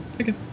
Okay